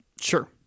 Sure